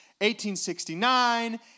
1869